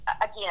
again